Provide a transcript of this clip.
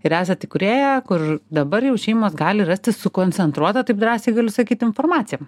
ir esat įkūrėja kur dabar jau šeimos gali rastis sukoncentruotą taip drąsiai galiu sakyt informaciją